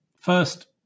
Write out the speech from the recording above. First